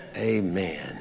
Amen